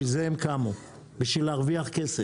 בשביל זה הם קמו, בשביל להרוויח כסף